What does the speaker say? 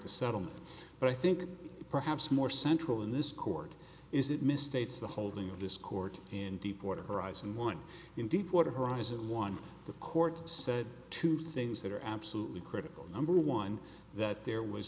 the settlement but i think perhaps more central in this court is that misstates the holding of this court in deepwater horizon one in deepwater horizon one the court said two things that are absolutely critical number one that there was